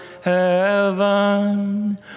heaven